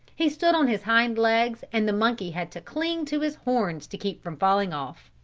he stood on his hind legs and the monkey had to cling to his horns to keep from falling off.